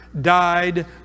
died